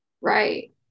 Right